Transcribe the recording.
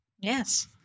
Yes